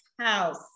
house